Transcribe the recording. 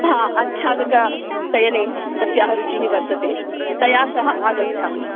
आच्छादक चयने तस्याः रुचिः वर्तते तया सह आगच्छामि